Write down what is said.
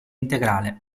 integrale